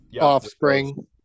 offspring